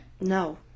No